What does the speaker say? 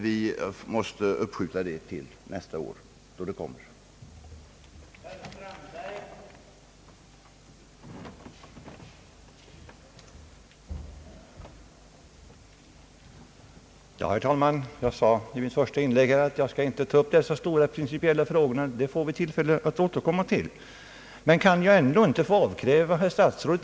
Vi måste uppskjuta dessa frågor till nästa år då de kommer att behandlas.